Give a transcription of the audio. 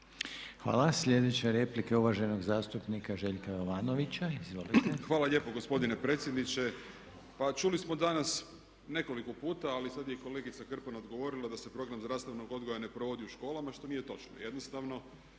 Hvala. Sljedeća replika je uvaženog zastupnika Željka Jovanovića. Izvolite. **Jovanović, Željko (SDP)** Hvala lijepo gospodine predsjedniče. Pa čuli smo danas nekoliko puta, ali sad je i kolegica Krpan odgovorila da se program zdravstvenog odgoja ne provodi u školama što nije točno. Jednostavno